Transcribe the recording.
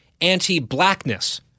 anti-blackness